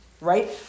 right